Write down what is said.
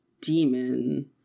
demon